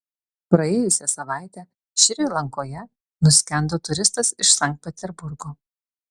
praėjusią savaitę šri lankoje nuskendo turistas iš sankt peterburgo